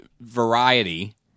variety